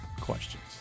questions